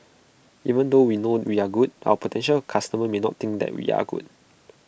even though we know we are good our potential customers may not think that we are good